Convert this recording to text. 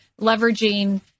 leveraging